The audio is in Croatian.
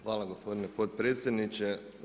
Hvala gospodine potpredsjedniče.